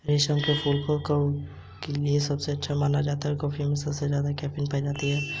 गलत हाथों में ना चला जाए इसी डर से ब्लॉक तथा रिप्लेस करवाया जाता है